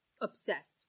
obsessed